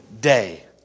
day